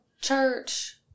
Church